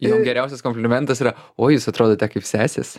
jom geriausias komplimentas yra o jūs atrodote kaip sesės